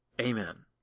Amen